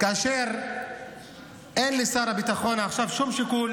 כאשר אין לשר הביטחון עכשיו שום שיקול